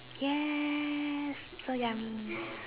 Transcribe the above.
yes so yummy